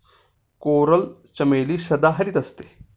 coral चमेली सदाहरित असते